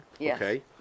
okay